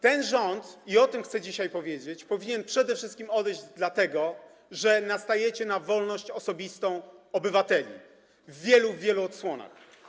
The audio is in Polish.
Ten rząd, i o tym chcę dzisiaj powiedzieć, powinien odejść przede wszystkim dlatego, że nastajecie na wolność osobistą obywateli w wielu, wielu odsłonach.